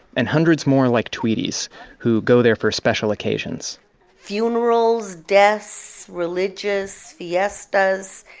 and hundreds more like tweety's who go there for special occasions funerals, deaths, religious fiestas.